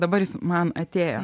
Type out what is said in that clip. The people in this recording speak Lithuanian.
dabar jis man atėjo